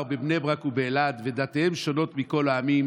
בבני ברק ובאלעד ודתיהם שונות מכל העמים,